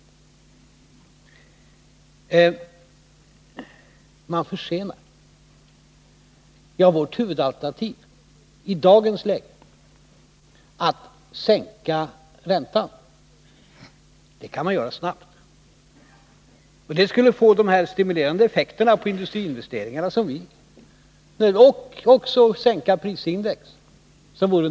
Det sägs vidare att insatserna nu blir försenade. Jag vill med anledning av det peka på att vårt huvudalternativ i dagens läge är en räntesänkning. En sådan kan man göra snabbt. En räntesänkning skulle få de stimulerande effekter på industriinvesteringarna som vi angivit och skulle också sänka prisindex.